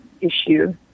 issue